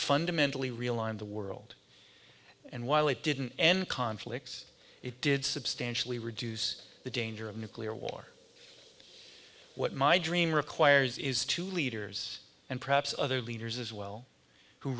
fundamentally realigned the world and while it didn't end conflicts it did substantially reduce the danger of nuclear war what my dream requires is two leaders and perhaps other leaders as well who